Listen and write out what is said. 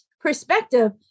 perspective